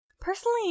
personally